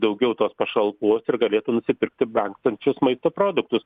daugiau tos pašalpos ir galėtų nusipirkti brangstančius maisto produktus